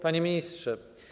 Panie Ministrze!